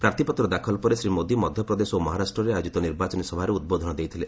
ପ୍ରାର୍ଥୀପତ୍ର ଦାଖଲ ପରେ ଶ୍ରୀ ମୋଦି ମଧ୍ୟପ୍ରଦେଶ ଓ ମହାରାଷ୍ଟ୍ରରେ ଆୟୋଜିତ ନିର୍ବାଚନୀ ସଭାରେ ଉଦ୍ବୋଧନ ଦେଇଥିଲେ